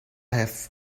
have